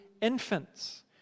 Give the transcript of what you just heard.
infants